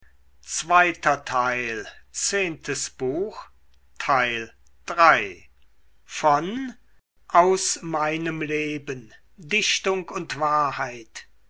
goethe aus meinem leben dichtung und wahrheit